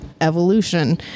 evolution